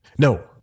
No